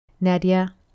Nadia